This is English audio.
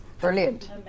Brilliant